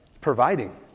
Providing